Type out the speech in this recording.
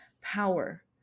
power